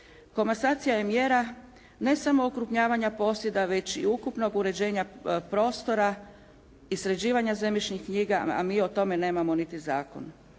Komasacija je mjera ne samo okrupnjavanja posjeda već i ukupnog uređenja prostora i sređivanja zemljišnih knjiga a mi o tome nemamo niti zakon.